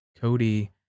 Cody